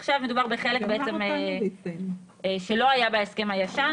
עכשיו מדובר בחלק שלא היה בהסכם הישן,